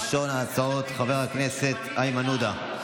ראשונת ההצעות, של חבר הכנסת איימן עודה,